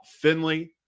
finley